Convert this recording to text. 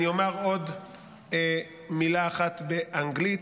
אני אומר עוד משפט אחד באנגלית,